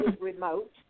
remote